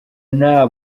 nta